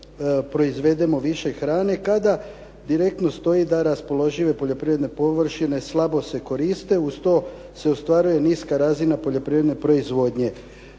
proizvedemo više hrane, kada direktno stoji da raspoložive poljoprivredne površine slabo se koriste, uz to se ostvaruje niska razina poljoprivredne proizvodnje,